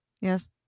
Yes